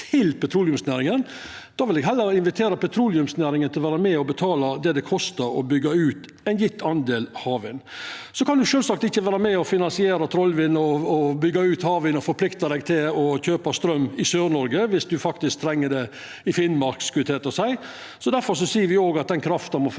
til petroleumsnæringa. Då vil eg heller invitera petroleumsnæringa til å vera med og betala det det kostar å byggja ut ein gjeven andel havvind. Så kan ein sjølvsagt ikkje vera med og finansiera Trollvind, byggja ut havvind og forplikta seg til å kjøpa straum i Sør-Noreg viss ein faktisk treng det i Finnmark, skulle eg til å seia. Difor seier me òg at den krafta